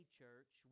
church